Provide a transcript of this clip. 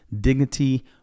dignity